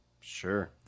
Sure